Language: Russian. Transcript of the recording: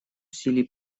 усилий